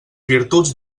virtuts